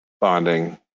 bonding